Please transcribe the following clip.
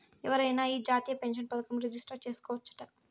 ఎవరైనా ఈ జాతీయ పెన్సన్ పదకంల రిజిస్టర్ చేసుకోవచ్చట